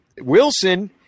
Wilson